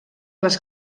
les